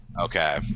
okay